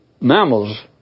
mammals